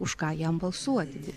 už ką jam balsuoti